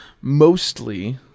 mostly